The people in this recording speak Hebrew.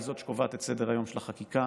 היא שקובעת את סדר-היום של החקיקה,